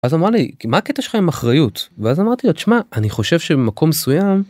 אז אמר לי מה הקטע שלך עם אחריות? ואז אמרתי לו, שמע אני חושב שבמקום מסוים.